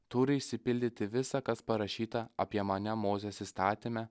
turi išsipildyti visa kas parašyta apie mane mozės įstatyme